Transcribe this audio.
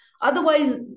Otherwise